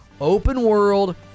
open-world